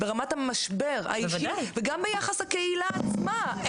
ברמת המשבר האישי וגם ביחס הקהילה עצמה.